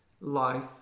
life